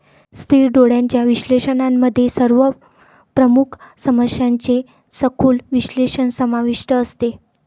स्थिर डोळ्यांच्या विश्लेषणामध्ये सर्व प्रमुख समस्यांचे सखोल विश्लेषण समाविष्ट असते